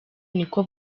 niko